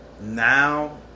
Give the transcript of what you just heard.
Now